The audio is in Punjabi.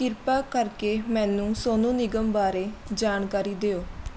ਕਿਰਪਾ ਕਰਕੇ ਮੈਨੂੰ ਸੋਨੂੰ ਨਿਗਮ ਬਾਰੇ ਜਾਣਕਾਰੀ ਦਿਓ